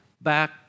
back